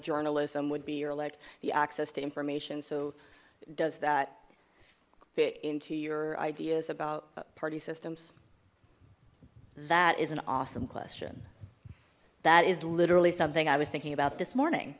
journalism would be your like the access to information so does that fit into your ideas about party systems that is an awesome question that is literally something i was thinking about this